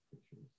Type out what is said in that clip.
pictures